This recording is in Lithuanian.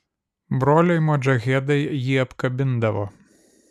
broliai modžahedai jį apkabindavo